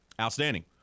Outstanding